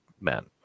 men